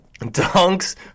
Dunks